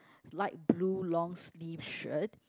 light blue long sleeve shirt